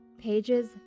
pages